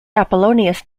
apollonius